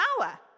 power